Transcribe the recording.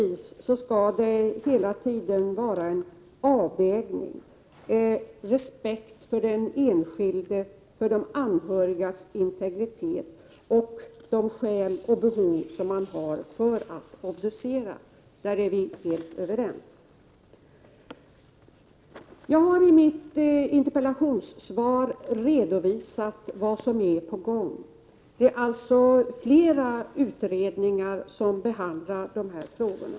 Det skall naturligtvis hela tiden göras en avvägning mellan respekten för den enskildes och de anhörigas integritet och de skäl och de behov man har när det gäller att obducera. Vi är helt överens om detta. I mitt interpellationssvar har jag redovisat vad som är på gång. Det finns flera utredningar som behandlar dessa frågor.